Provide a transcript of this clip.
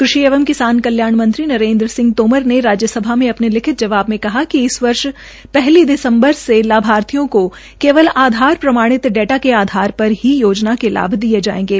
कृषि एवं किसान कल्याण मंत्री नरेन्द्र सिंह तोमर ने राज्यसभा में अपने लिखित जवाब मे कहा कि इस वर्ष पहली दिसम्बर से लाभार्थियों का केवल आधार प्रमाणित डाटा के आधार पर ही योजना के लाभ दिये जायेंगे